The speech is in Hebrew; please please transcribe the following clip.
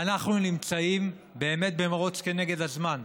אנחנו נמצאים באמת במרוץ כנגד הזמן.